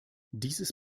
dieses